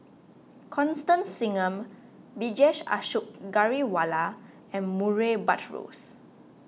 Constance Singam Vijesh Ashok Ghariwala and Murray Buttrose